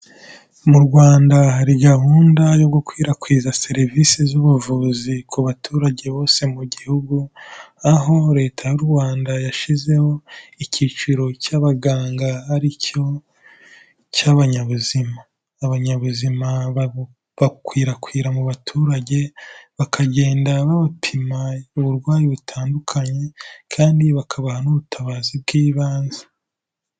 Mu Rwanda hari gahunda yo gukwirakwiza serivisi z'ubuvuzi ku baturage bose mu gihugu, aho Leta y'u Rwanda yashyizeho icyiciro cy'abaganga aricyo cy'abanyabuzima. Abanyabuzima bakwirakwira mu baturage, bakagenda babapima uburwayi butandukanye kandi bakaba n'ubutabazi bw'ibanze.